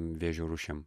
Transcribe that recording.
vėžio rūšim